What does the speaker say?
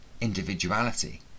individuality